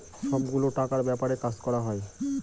সব গুলো টাকার ব্যাপারে কাজ করা হয়